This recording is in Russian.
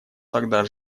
тогда